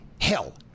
hell